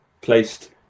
placed